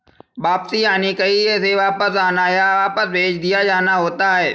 वापसी यानि कहीं से वापस आना, या वापस भेज दिया जाना होता है